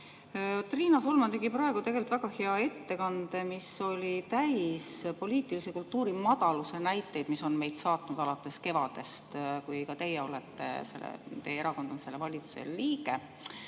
Riina Solman tegi praegu tegelikult väga hea ettekande, mis oli täis poliitilise kultuuri madaluse näiteid, mis on meid saatnud alates kevadest, kui ka teie erakond on olnud valitsuse liige.